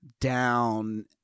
down